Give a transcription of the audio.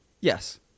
Yes